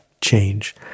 change